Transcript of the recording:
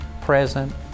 present